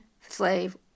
slave